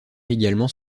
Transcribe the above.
également